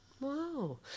Wow